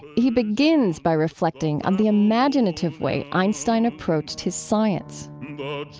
he begins by reflecting on the imaginative way einstein approached his science